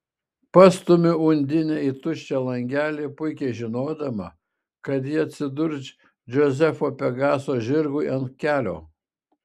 pastumiu undinę į tuščią langelį puikiai žinodama kad ji atsidurs džozefo pegaso žirgui ant kelio